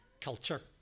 culture